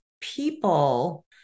people